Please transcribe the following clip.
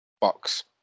Box